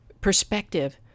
perspective